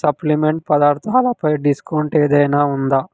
supplement పదార్ధాలపై discount ఏదైనా ఉందా